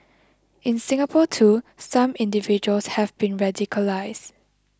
in Singapore too some individuals have been radicalised